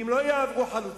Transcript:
ואם לא יעברו חלוצים.